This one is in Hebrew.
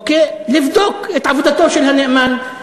לבדוק את עבודתו של הנאמן.